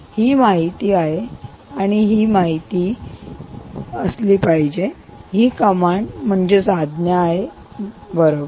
ही माहिती आहे आणि ही माहिती असली पाहिजे ही कमांड म्हणजेच आज्ञा आहे बरोबर